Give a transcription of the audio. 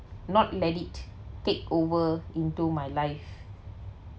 not let it take over into my life